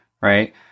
right